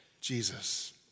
Jesus